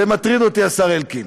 זה מטריד אותי, השר אלקין.